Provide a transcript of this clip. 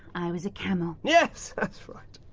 i was a camel. yes, that's right.